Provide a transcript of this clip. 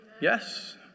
Yes